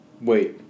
Wait